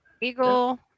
Eagle